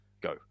Go